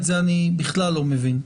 את זה אני בכלל לא מבין.